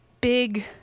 big